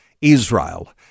Israel